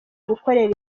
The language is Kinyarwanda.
gukorera